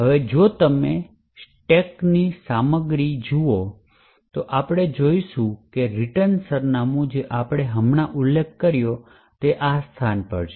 હવે જો તમે સ્ટેકની સામગ્રી જુઓ તો આપણે જોશું કે રિટર્ન સરનામું જે આપણે હમણાં ઉલ્લેખ કર્યો છે તે આ સ્થાન પર છે